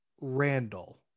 Randall